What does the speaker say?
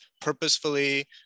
purposefully